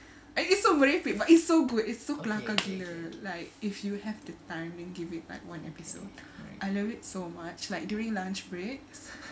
it's so merepek but it's so good it's so kelakar gila like if you have the time then give it like one episode I love it so much like during lunch breaks